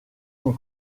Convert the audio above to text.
son